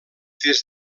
des